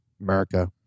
America